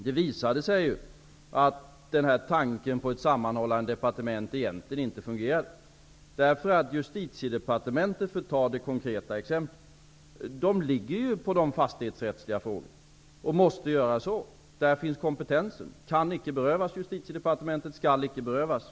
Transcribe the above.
Det visade ju sig att idén om ett sammanhållande departement egentligen inte fungerade, därför att Justitiedepartementet -- för att ta det konkreta exemplet -- har ansvaret för de fastighetsrättsliga frågorna. Det måste ha det. Där finns kompetensen. Den kan och skall icke berövas Justitiedepartementet.